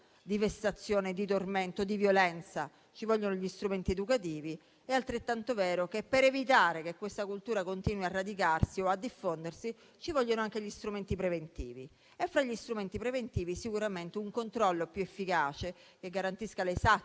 di vessazione, di tormento e di violenza, ci vogliono gli strumenti educativi, è altrettanto vero che, per evitare che questa cultura continui a radicarsi o a diffondersi, ci vogliono anche gli strumenti preventivi. E fra gli strumenti preventivi sicuramente un controllo più efficace, che garantisca l'esatta